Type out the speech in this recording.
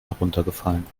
heruntergefallen